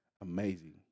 Amazing